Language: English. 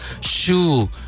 shoe